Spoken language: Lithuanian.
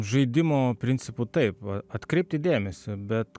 žaidimo principu taip atkreipti dėmesį bet